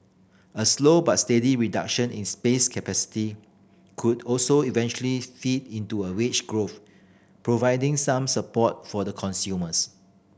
a slow but steady reduction in spare capacity could also eventually feed into a wage growth providing some support for the consumers